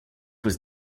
was